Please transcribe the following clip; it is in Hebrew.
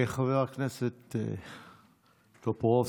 חבר הכנסת טופורובסקי,